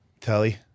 telly